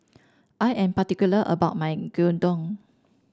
I am particular about my Gyudon